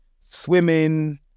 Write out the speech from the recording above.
swimming